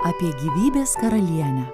apie gyvybės karalienę